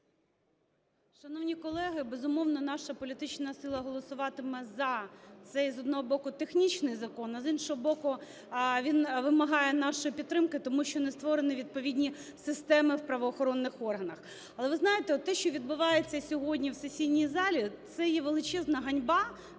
Шановні колеги! Безумовно, наша політична сила голосуватиме "за" цей з одного боку технічний закон, а з іншого боку він вимагає нашої підтримки, тому що не створені відповідні системи в правоохоронних органах. Але, ви знаєте, те, що відбувається сьогодні в сесійній залі, це є величезна ганьба,